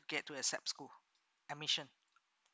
get to a sap school admission